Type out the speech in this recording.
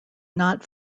not